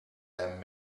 them